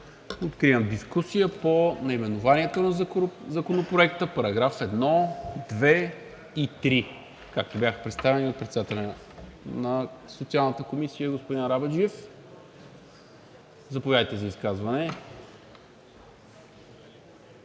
Откривам дискусия по наименованието на Закона и параграфи 1, 2 и 3, както бяха представени от председателя на Социалната комисия господин Арабаджиев. Заповядайте за изказване,